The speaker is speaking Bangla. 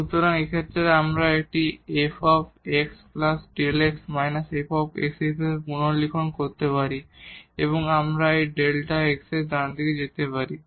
সুতরাং এই ক্ষেত্রে এখন আমরা এটি f xΔ x −f হিসাবে পুনর্লিখন করতে পারি এবং এই Δ x আমরা ডান দিকে যেতে পারি